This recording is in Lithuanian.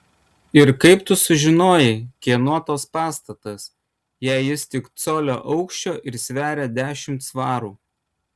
ir kaip tu sužinojai kieno tas pastatas jei jis tik colio aukščio ir sveria dešimt svarų